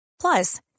Plus